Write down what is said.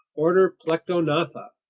order plectognatha,